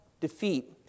defeat